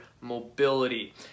mobility